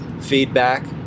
feedback